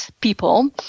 people